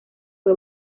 fue